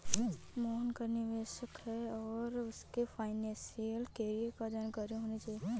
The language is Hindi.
मोहन एक निवेशक है और उसे फाइनेशियल कैरियर की जानकारी होनी चाहिए